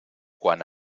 quan